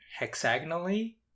hexagonally